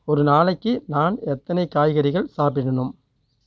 ஒரு நாளைக்கு நான் எத்தனை காய்கறிகள் சாப்பிடணும்